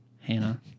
Hannah